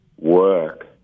work